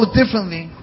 differently